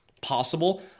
possible